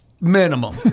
Minimum